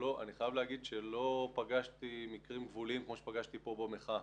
אבל אני חייב להגיד שלא פגשתי מקרים גבוליים כמו שפגשתי פה במחאה,